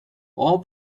all